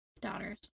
daughters